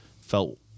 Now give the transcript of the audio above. felt